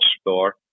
store